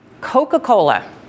Coca-Cola